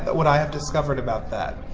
but what i have discovered about that,